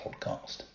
podcast